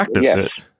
Yes